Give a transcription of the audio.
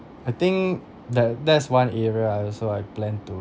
I think that that's one area I also I plan to